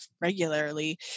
regularly